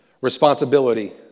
responsibility